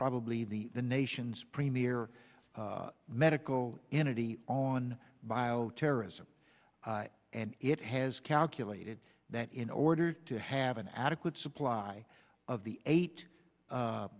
probably the the nation's premier medical energy on bioterrorism and it has calculated that in order to have an adequate supply of the eight